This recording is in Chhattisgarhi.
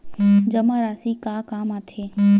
जमा राशि का काम आथे?